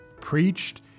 preached